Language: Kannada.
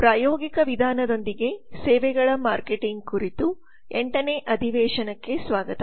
ಪ್ರಾಯೋಗಿಕ ವಿಧಾನದೊಂದಿಗೆ ಸೇವೆಗಳ ಮಾರ್ಕೆಟಿಂಗ್ ಕುರಿತು 8ನೇ ಅಧಿವೇಶನಕ್ಕೆ ಸುಸ್ವಾಗತ